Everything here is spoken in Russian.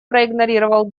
проигнорировал